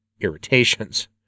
irritations